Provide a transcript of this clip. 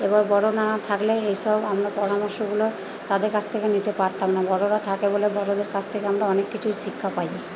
এবার বড়ো না থাকলে এইসব আমরা পরামর্শগুলো তাদের কাছ থেকে নিতে পারতাম না বড়োরা থাকে বলে বড়োদের কাছ থেকে আমরা অনেক কিছুই শিক্ষা পাই